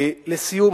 לסיום,